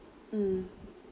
mm